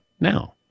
now